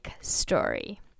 story